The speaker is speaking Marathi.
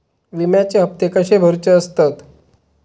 विम्याचे हप्ते कसे भरुचे असतत?